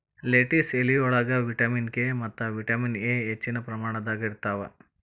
lettuce ಎಲಿಯೊಳಗ vitamin K ಮತ್ತ vitamin A ಹೆಚ್ಚಿನ ಪ್ರಮಾಣದಾಗ ಇರ್ತಾವ